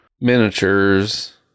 miniatures